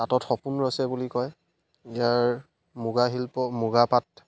তাঁতত সপোন ৰচে বুলি কয় ইয়াৰ মুগা শিল্প মুগা পাট